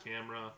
camera